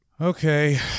Okay